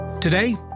Today